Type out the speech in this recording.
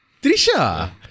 Trisha